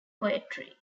poetry